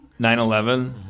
9-11